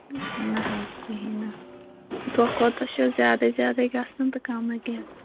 نہَ حظ کِہیٖنٛۍ نہٕ دۄہہٕ کھۄتہٕ دۄہہٕ چھَس زیٛادے زیٛادے گَژھان تہٕ کم نہٕ کیٚنٛہہ